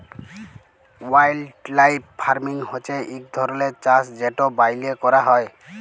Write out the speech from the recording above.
wildlife farming হছে ইক ধরলের চাষ যেট ব্যইলে ক্যরা হ্যয়